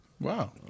Wow